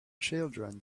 children